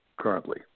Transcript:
currently